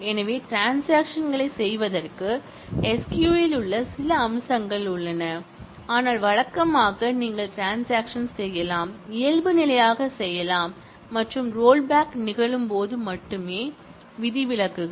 எனவே ட்ரான்ஸாக்ஷன் களைச் செய்வதற்கு SQL இல் சில அம்சங்கள் உள்ளன ஆனால் வழக்கமாக நீங்கள் ட்ரான்ஸாக்ஷன் செய்யலாம் இயல்புநிலையாகச் செய்யலாம் மற்றும் ரொல்பேக் நிகழும்போது மட்டுமே விதிவிலக்குகள்